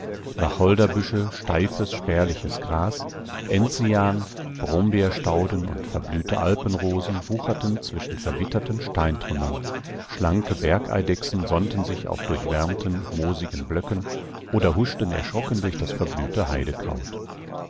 wacholderbüsche steifes spärliches gras enzian brombeerstauden und verblühte alpenrosen wucherten zwischen verwitterten steintrümmern schlanke bergeidechsen sonnten sich auf durchwärmten moosigen blöcken oder huschten erschrocken durch das verblühte heidekraut